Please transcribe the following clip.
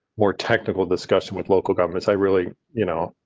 more technical discussion with local governments. i really, you know.